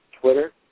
Twitter